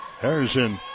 Harrison